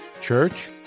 Church